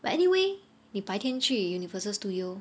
but anyway 你白天去 Universal Studios